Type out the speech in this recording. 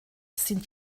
sind